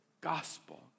gospel